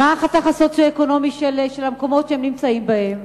מה החתך הסוציו-אקונומי של המקומות שהן נמצאות בהם?